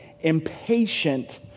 impatient